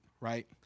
right